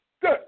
good